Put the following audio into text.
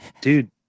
Dude